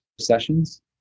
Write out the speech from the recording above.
sessions